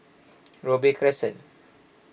Robey Crescent